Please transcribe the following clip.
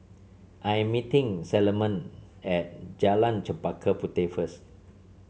I am meeting Salomon at Jalan Chempaka Puteh first